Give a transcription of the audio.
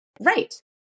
Right